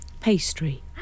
pastry